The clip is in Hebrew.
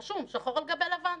רשום שחור על גבי לבן.